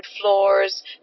floors